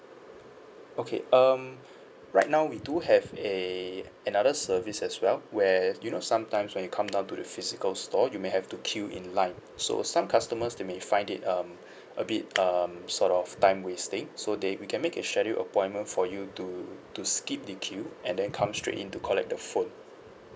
okay um right now we do have a another service as well where do you know sometimes when you come down to the physical store you may have to queue in line so some customers they may find it um a bit um sort of time wasting so they we can make a scheduled appointment for you to to skip the queue and then come straight in to collect the phone